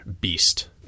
beast